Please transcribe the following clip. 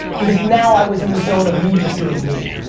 because now i was in the zone of me just doing me.